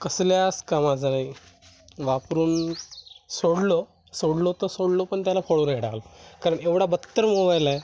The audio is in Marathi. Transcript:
कसल्यास कामाचा नाही वापरून सोडलो सोडलो तर सोडलो पण त्याला फोडूनही टाकलं कारण एवढा बत्तर मोबाईल आहे